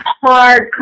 hard